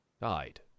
died